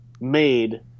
made